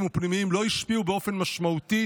ופנימיים לא השפיעו באופן משמעותי